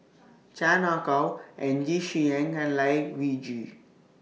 Chan Ah Kow Ng Yi Sheng and Lai Weijie